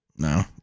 No